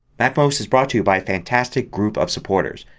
macmost is brought to you by a fantastic group of supporters.